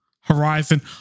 Horizon